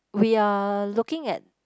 we are looking at